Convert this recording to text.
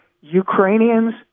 Ukrainians